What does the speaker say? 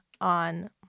on